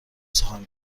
سخن